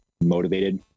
Motivated